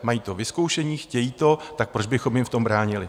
Mají to vyzkoušené, chtějí to, tak proč bychom jim v tom bránili.